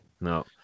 no